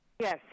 Yes